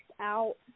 out